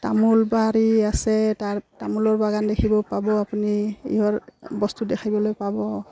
তামোল বাৰী আছে তাৰ তামোলৰ বাগান দেখিব পাব আপুনি বস্তু দেখিবলৈ পাব